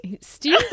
Steve